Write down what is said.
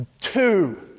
two